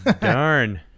Darn